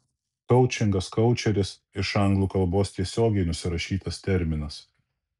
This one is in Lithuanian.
koučingas koučeris iš anglų kalbos tiesiogiai nusirašytas terminas